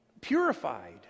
purified